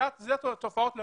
אלה תופעות הלוואי.